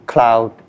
Cloud